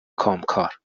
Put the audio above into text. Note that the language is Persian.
کامکار